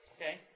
Okay